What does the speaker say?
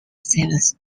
seventh